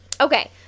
Okay